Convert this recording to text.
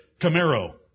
Camaro